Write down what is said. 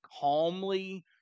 calmly